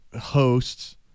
hosts